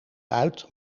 uit